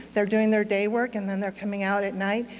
they're doing their day work and then they're coming out at night.